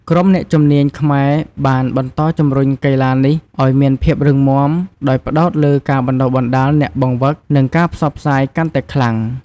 ក្រុមអ្នកជំនាញខ្មែរបានបន្តជំរុញកីឡានេះឲ្យមានភាពរឹងមាំ ដោយផ្ដោតលើការបណ្តុះបណ្តាលអ្នកបង្វឹក និងការផ្សព្វផ្សាយកាន់តែខ្លាំង។